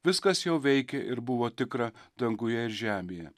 viskas jau veikė ir buvo tikra danguje ir žemėje